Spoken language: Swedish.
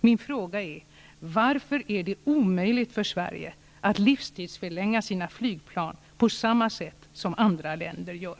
Min fråga är: Varför är det omöjligt för Sverige att livstidsförlänga sina flygplan på samma sätt som andra länder gör?